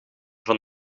van